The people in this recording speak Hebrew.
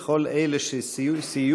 ולכל אלה שסייעו.